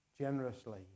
generously